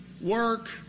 work